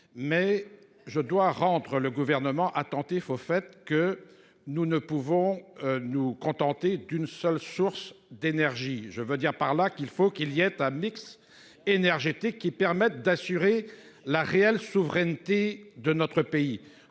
Mais je dois rentre le gouvernement attentif au fait que nous ne pouvons nous contenter d'une seule source d'énergie. Je veux dire par là qu'il faut qu'il y ait un mix énergétique qui permettent d'assurer la réelle souveraineté de notre pays